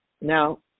Now